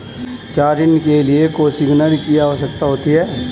क्या ऋण के लिए कोसिग्नर की आवश्यकता होती है?